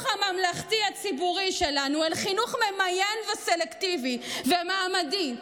הממלכתי הציבורי שלנו אל חינוך ממיין וסלקטיבי ומעמדי.